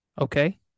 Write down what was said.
Okay